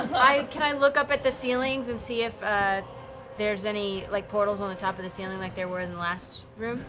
can i look up at the ceilings and see if ah there's any like portals on the top of the ceiling like there were in the last room?